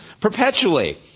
perpetually